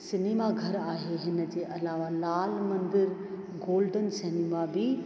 cinema घर आहे हिन जे अलावा लाल मंदरु गोल्डन सिनेमा बि